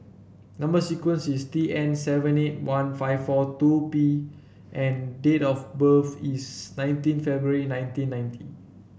number sequence is T N seven eight one five four two B and date of birth is nineteen February nineteen ninety